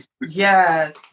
Yes